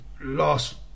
last